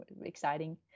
exciting